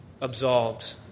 absolved